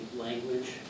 language